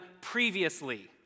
previously